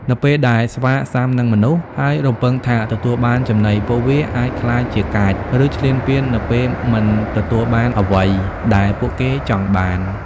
នៅពេលដែលស្វាស៊ាំនឹងមនុស្ស ហើយរំពឹងថាទទួលបានចំណី ពួកវាអាចក្លាយជាកាច ឬឈ្លានពាននៅពេលមិនទទួលបានអ្វីដែលពួកវាចង់បាន។